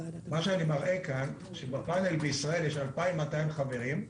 מה שאני מראה כאן זה שבפאנל בישראל יש 2,200 חברים,